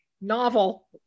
novel